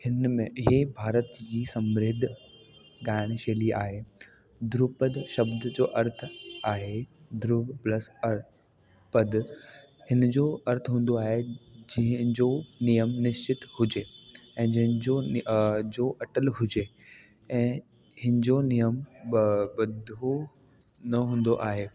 हिन में हे भारत जी समृध ॻाइण शैली आहे ध्रुपद शब्द जो अर्थ आहे ध्रु प्लस अर्थ पद हिन जो अर्थ हूंदो आहे जीअं जो नियम निश्चित हुजे ऐं जंहिं जो जो अटल हुजे ऐं हिनजो नियम बद्धो न हूंदो आहे